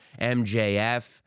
MJF